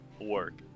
work